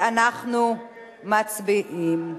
אנחנו מצביעים.